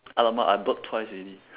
!alamak! I burp twice already